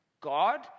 God